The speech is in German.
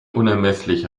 unermesslich